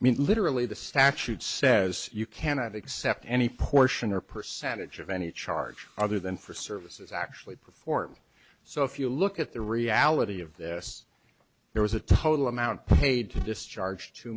mean literally the statute says you cannot accept any portion or percentage of any charge other than for services actually performed so if you look at the reality of this there was a total amount paid to discharge t